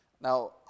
Now